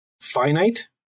finite